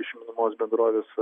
iš minimos bendrovės